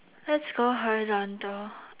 let's go horizontal